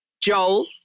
Joel